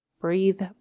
breathe